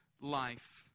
life